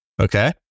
Okay